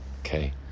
Okay